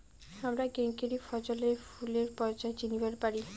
হামরা কেঙকরি ফছলে ফুলের পর্যায় চিনিবার পারি?